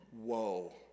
Whoa